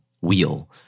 wheel